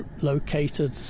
located